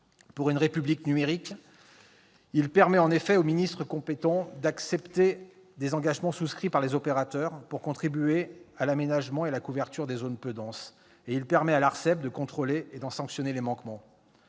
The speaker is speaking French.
pour une République numérique, cet article L. 33-13 permet en effet au ministre compétent d'accepter des engagements souscrits par les opérateurs pour contribuer à l'aménagement et à la couverture des zones peu denses et à l'ARCEP de contrôler leur respect et de sanctionner les manquements.